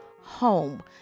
home